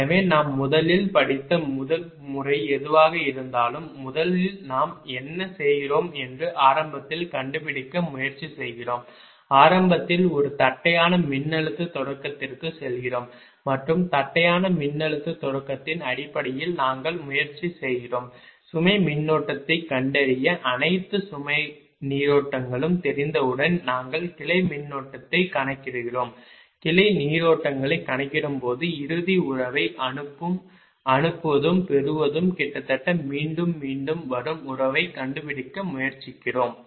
எனவே நாம் முதலில் படித்த முதல் முறை எதுவாக இருந்தாலும் முதலில் நாம் என்ன செய்கிறோம் என்று ஆரம்பத்தில் கண்டுபிடிக்க முயற்சி செய்கிறோம் ஆரம்பத்தில் ஒரு தட்டையான மின்னழுத்த தொடக்கத்திற்கு செல்கிறோம் மற்றும் தட்டையான மின்னழுத்த தொடக்கத்தின் அடிப்படையில் நாங்கள் முயற்சி செய்கிறோம் சுமை மின்னோட்டத்தைக் கண்டறிய அனைத்து சுமை நீரோட்டங்களும் தெரிந்தவுடன் நாங்கள் கிளை மின்னோட்டத்தைக் கணக்கிடுகிறோம் கிளை நீரோட்டங்களைக் கணக்கிடும்போது இறுதி உறவை அனுப்புவதும் பெறுவதும் கிட்டத்தட்ட மீண்டும் மீண்டும் வரும் உறவைக் கண்டுபிடிக்க முயற்சிக்கிறோம்